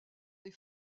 des